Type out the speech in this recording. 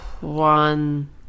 One